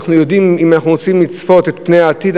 אם אנחנו רוצים לצפות פני עתיד,